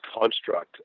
construct